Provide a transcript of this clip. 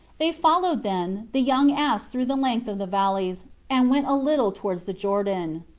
they followed, then, the young ass through the length of the valleys, and went a little towards the jordan.